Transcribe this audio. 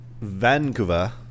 Vancouver